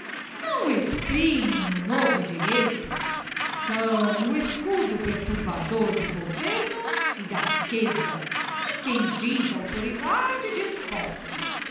não exprimem o novo direito são o escudo perturbador do governo e da riqueza e quem diz auctoridade diz